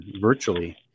virtually